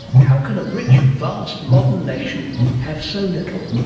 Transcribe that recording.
how can a rich, vast, modern nation have so little?